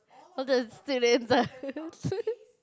all the students are